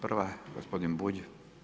Prva gospodin Bulj.